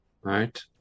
Right